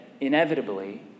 inevitably